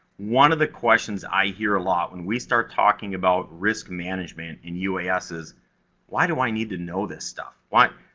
one of the questions i hear a lot when we start talking about risk management in uas is why do i need to know this stuff? why?